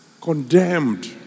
condemned